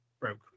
broke